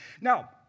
Now